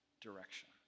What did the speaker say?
direction